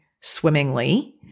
swimmingly